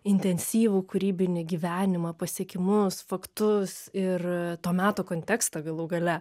intensyvų kūrybinį gyvenimą pasiekimus faktus ir to meto kontekstą galų gale